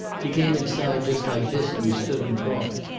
he came inside, just like this, and we stood and talked.